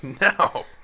No